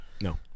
No